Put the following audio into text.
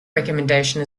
recommendation